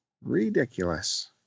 ridiculous